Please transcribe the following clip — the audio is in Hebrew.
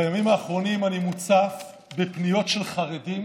בימים האחרונים אני מוצף בפניות של חרדים